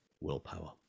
willpower